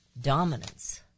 dominance